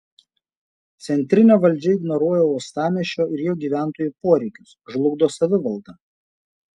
centrinė valdžia ignoruoja uostamiesčio ir jo gyventojų poreikius žlugdo savivaldą